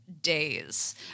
days